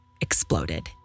exploded